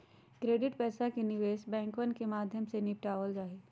credit पैसा के निवेश बैंकवन के माध्यम से निपटावल जाहई